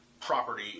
Property